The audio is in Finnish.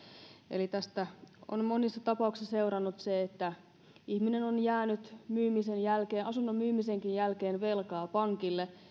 eli tästä on monissa tapauksissa seurannut se että ihminen on jäänyt asunnon myymisenkin jälkeen velkaa pankille